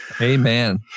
Amen